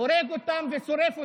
הורג אותם ושורף אותם.